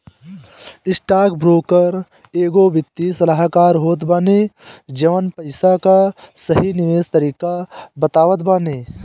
stockbroker एगो वित्तीय सलाहकार होत बाने जवन पईसा कअ सही निवेश तरीका बतावत बाने